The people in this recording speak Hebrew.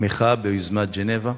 בתמיכה ביוזמת ז'נבה?